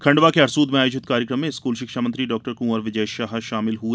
खंडवा के हरसूद में आयोजित कार्यक्रम में स्कूल शिक्षामंत्री डॉक्टर कुंवर विजय शाह शामिल हुए